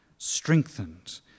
strengthened